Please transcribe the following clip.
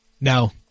no